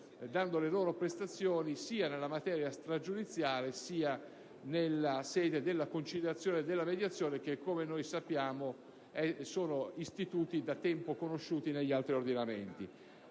dando le loro prestazioni sia nella materia stragiudiziale sia nella sede della conciliazione e della mediazione che, come sappiamo, sono istituti da tempo conosciuti negli altri ordinamenti.